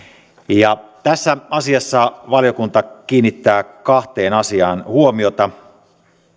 tässä asiassa valiokunta kiinnittää kahteen asiaan huomiota